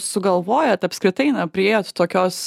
sugalvojot apskritai na priėjot tokios